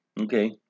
Okay